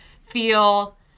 feel